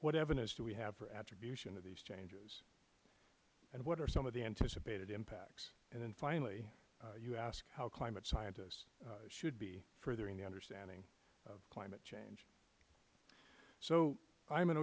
what evidence do we have for attribution of these changes and what are some of the anticipated impacts and then finally you asked how climate scientists should be furthering the understanding of climate change so i am an